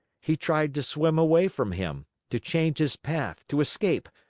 he tried to swim away from him, to change his path, to escape,